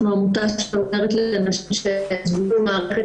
אנחנו עמותה שעוזרת לנשים שנקלעו למערכת